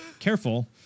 Careful